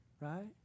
right